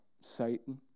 Satan